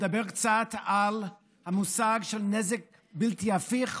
לדבר קצת על המושג "נזק בלתי הפיך",